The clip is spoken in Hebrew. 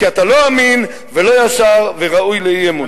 כי אתה לא אמין ולא ישר וראוי לאי-אמון.